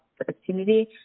opportunity